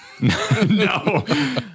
No